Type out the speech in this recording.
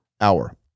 hour